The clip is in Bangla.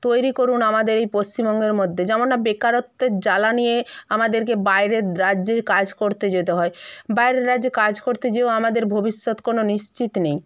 তৈরি করুন আমাদের এই পশ্চিমবঙ্গের মধ্যে যেমন না বেকারত্বের জ্বালা নিয়ে আমাদেরকে বাইরের রাজ্যে কাজ করতে যেতে হয় বাইরের রাজ্যে কাজ করতে যেয়েও আমাদের ভবিষ্যৎ কোনো নিশ্চিত নেই